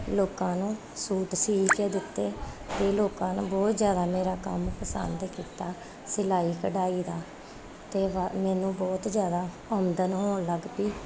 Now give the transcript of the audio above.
ਲੋਕਾਂ ਨੂੰ ਸੂਟ ਸੀ ਕੇ ਦਿੱਤੇ ਕਈ ਲੋਕਾਂ ਨੂੰ ਬਹੁਤ ਜ਼ਿਆਦਾ ਮੇਰਾ ਕੰਮ ਪਸੰਦ ਕੀਤਾ ਸਿਲਾਈ ਕਢਾਈ ਦਾ ਅਤੇ ਬਾ ਮੈਨੂੰ ਬਹੁਤ ਜ਼ਿਆਦਾ ਆਮਦਨ ਹੋਣ ਲੱਗ ਪਈ